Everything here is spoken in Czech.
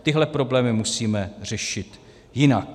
Tyhle problémy musíme řešit jinak.